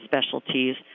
specialties